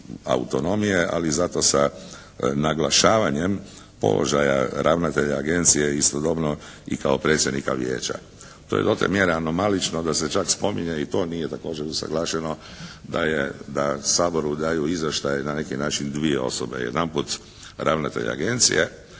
ali zato sa naglašavanjem položaja ravnatelja agencije istodobno i kao predsjednika Vijeća. To je do te mjere anomalično da se čak spominje i to, nije također usaglašeno da je, da Saboru daju izvještaj na neki način dvije osobe. Jedanput ravnatelj Agencije